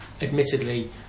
admittedly